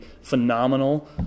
phenomenal